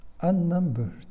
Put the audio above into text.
unnumbered